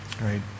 Right